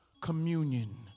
communion